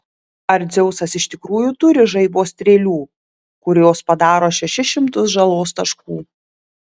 ar dzeusas iš tikrųjų turi žaibo strėlių kurios padaro šešis šimtus žalos taškų